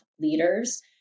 leaders